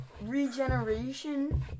Regeneration